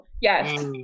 yes